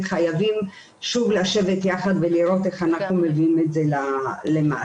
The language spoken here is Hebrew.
חייבים שוב לשבת ביחד ולראות איך אנחנו מביאים את זה למעשה,